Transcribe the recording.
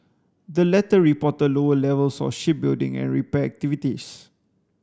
the latter reported lower levels of shipbuilding and repair activities